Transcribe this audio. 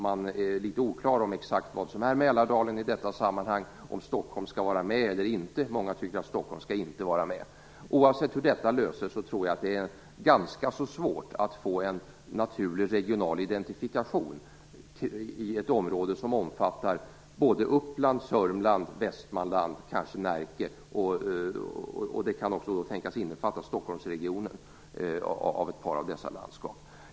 Man är litet oklar över exakt vad som är Mälardalen i detta sammanhang och över om Stockholm skall vara med eller inte. Många tycker att Stockholm inte skall vara med. Oavsett hur detta löses tror jag att det är ganska svårt att få en naturlig regional identifikation i ett område som omfattar Uppland, Sörmland, Västmanland och kanske Närke - och därtill kan också tänkas komma Stockholmsregionsdelen i ett par av dessa landskap.